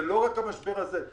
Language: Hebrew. זה לא רק המשבר הזה.